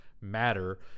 matter